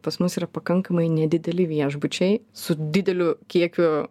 pas mus yra pakankamai nedideli viešbučiai su dideliu kiekiu